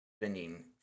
spending